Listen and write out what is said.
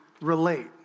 relate